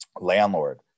landlord